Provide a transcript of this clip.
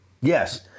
Yes